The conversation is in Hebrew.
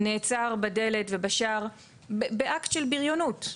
נעצר בדלת ובשער באקט של בריונות,